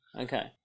Okay